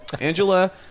Angela